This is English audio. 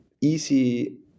easy